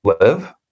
live